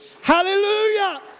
Hallelujah